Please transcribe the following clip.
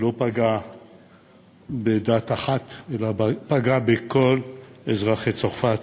שלא פגע בדת אחת, אלא פגע בכל אזרחי צרפת,